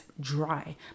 dry